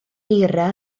eira